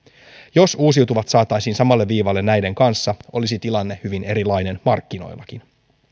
jos uusiutuvat saataisiin samalle viivalle näiden kanssa olisi tilanne hyvin erilainen markkinoillakin